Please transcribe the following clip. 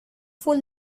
full